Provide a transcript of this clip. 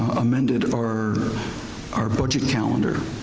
amended our our budget calendar.